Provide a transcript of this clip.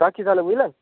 রাখছি তাহলে বুঝলেন